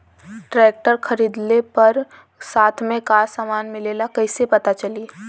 Tractor खरीदले पर साथ में का समान मिलेला कईसे पता चली?